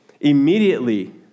immediately